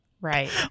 Right